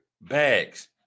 bags